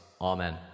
Amen